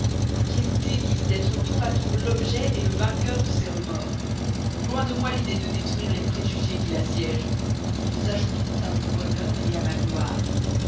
quel délice d'être tour à tour l'objet le vainqueur de ses remords loin de moi l'idée de détruire les préjugés qui l'assiègent ils ajouteront à mon bonheur à ma gloire